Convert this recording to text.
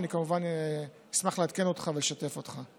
ואני כמובן אשמח לעדכן אותך ולשתף אותך.